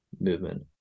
movement